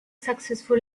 successful